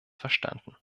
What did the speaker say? verstanden